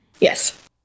Yes